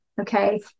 Okay